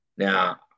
Now